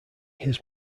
his